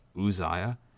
Uzziah